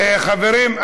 חברים,